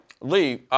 Lee